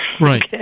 Right